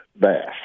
bass